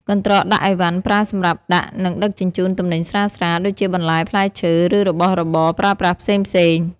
កន្ត្រកដាក់ឥវ៉ាន់ប្រើសម្រាប់ដាក់ និងដឹកជញ្ជូនទំនិញស្រាលៗ ដូចជាបន្លែ ផ្លែឈើ ឬរបស់របរប្រើប្រាស់ផ្សេងៗ។